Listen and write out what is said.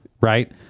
right